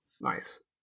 nice